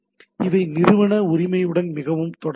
இவை நிறுவன உரிமையுடன் மிகவும் தொடர்புடையவை